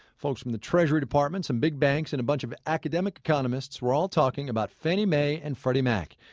folks from the treasury department, some big banks and a bunch of academic economists were all talking about fannie mae and freddie mac.